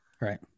right